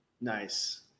Nice